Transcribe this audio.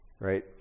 Right